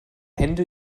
hände